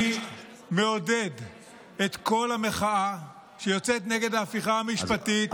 אני מעודד את כל המחאה שיוצאת נגד ההפיכה המשפטית,